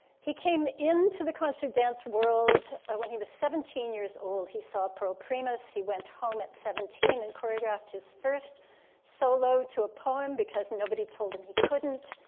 he came into the concert dance world when he was seventeen years old he saw a pearl primus. he went home at seventeen and choreographed his first solo to a poem because nobody told him he couldn't.